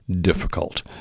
difficult